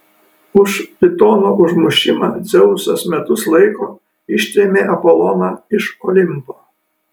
už pitono užmušimą dzeusas metus laiko ištrėmė apoloną iš olimpo